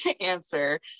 answer